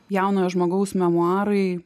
jaunojo žmogaus memuarai